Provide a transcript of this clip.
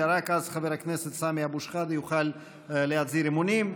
ורק אז חבר הכנסת סמי אבו שחאדה יוכל להצהיר אמונים.